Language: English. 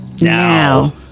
Now